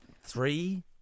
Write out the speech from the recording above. three